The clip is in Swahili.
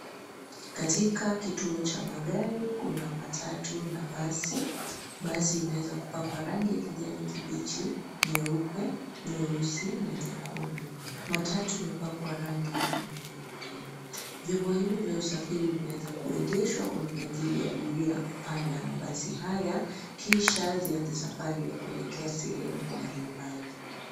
Katika kituo cha magari, kuna matatu na basi . Basi imeweza kupakwa rangi ya kijani kibichi, nyeupe , nyeusi na nyekundu. Matatu imepakwa rangi nyeupe . Vyombo hivi vya usafiri vimeweza kuegeshwa kwa minajili ya abiria kupanda mabasi haya , kisha zianze safari ya kuelekea sehemu mbalimbali.